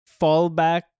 fallback